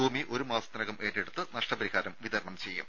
ഭൂമി ഒരു മാസത്തിനകം ഏറ്റെടുത്ത് നഷ്ടപരിഹാരം വിതരണം ചെയ്യും